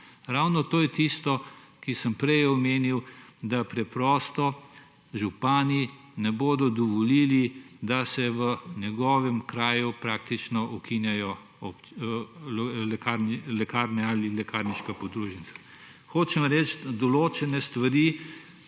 Ravno to je tisto, kar sem prej omenil, da preprosto župani ne bodo dovolili, da se v njegovem kraju praktično ukinjajo lekarne ali lekarniška podružnica. Hočem reči, določene stvari